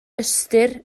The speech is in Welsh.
ystyr